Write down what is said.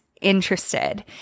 interested